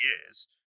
years